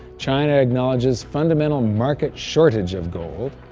china acknowledges fundamental market shortage of gold.